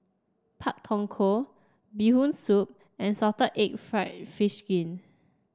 Pak Thong Ko Bee Hoon Soup and Salted Egg fried fish skin